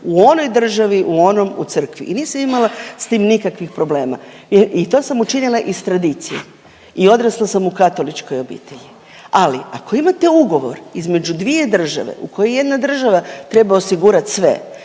u onoj državi, u onom, u crkvi i nisam imala s tim nikakvih problema i to sam učinila iz tradicije i odrasla sam u katoličkoj obitelji. Ali, ako imate ugovor između dvije države u kojoj jedna država treba osigurati sve,